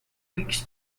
weeks